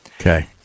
Okay